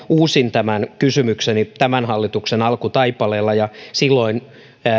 uusin tämän kysymykseni tämän hallituksen alkutaipaleella ja silloin